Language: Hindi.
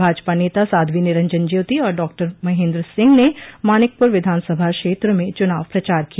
भाजपा नेता साध्वी निरंजन ज्योति और डॉक्टर महेन्द्र सिंह ने मानिकपुर विधानसभा क्षेत्र में चुनाव प्रचार किया